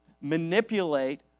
manipulate